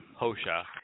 Hosha